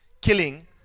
killing